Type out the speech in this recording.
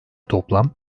toplam